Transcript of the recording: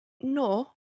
no